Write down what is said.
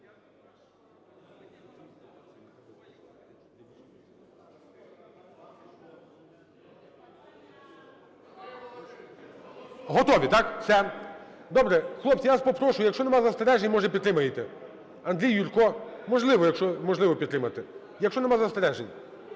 Готові, так? Все. Добре. Хлопці, я вас попрошу, якщо нема застережень, може, підтримаєте. Андрій, Юрко! Можливо, якщо можливо